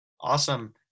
Awesome